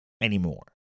anymore